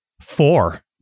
Four